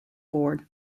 board